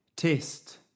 Test